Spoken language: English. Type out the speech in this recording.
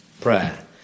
Prayer